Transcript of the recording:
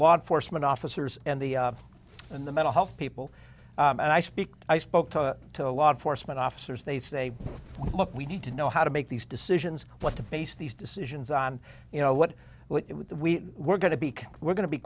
law enforcement officers and the and the mental health people and i speak i spoke to the law enforcement officers they say look we need to know how to make these decisions what to base these decisions on you know what we were going to be we're going to be